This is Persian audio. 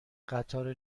قطار